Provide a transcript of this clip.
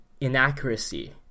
inaccuracy